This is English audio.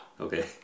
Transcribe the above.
Okay